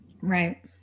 right